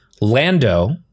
Lando